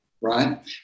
right